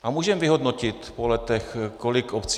A můžeme vyhodnotit po letech, kolik obcí...